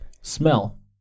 Smell